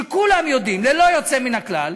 כשכולם יודעים, ללא יוצא מן הכלל,